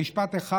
במשפט אחד: